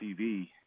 TV